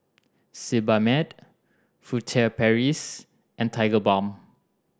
Sebamed Furtere Paris and Tigerbalm